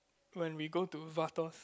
when we go to Vatos